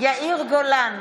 יאיר גולן,